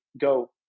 Go